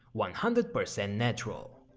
one hundred percent natural.